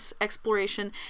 exploration